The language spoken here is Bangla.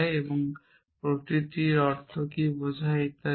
এবং প্রতীকটির অর্থ কী বোঝায় ইত্যাদি